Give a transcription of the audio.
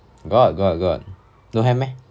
got got got don't have meh